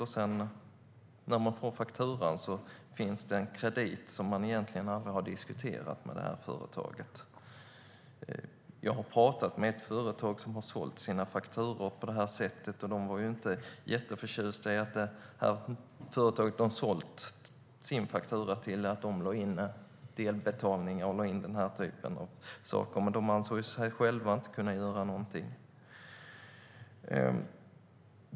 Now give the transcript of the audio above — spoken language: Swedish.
När man sedan får fakturan finns det en kredit som man aldrig har diskuterat med företaget. Jag har pratat med ett företag som har sålt sina fakturor på det här sättet. De är inte jätteförtjusta över att företaget de säljer sina fakturor till lägger in en delbetalning och den typen av saker, men de ansåg sig själva inte kunna göra någonting.